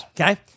Okay